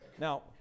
Now